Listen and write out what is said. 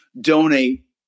donate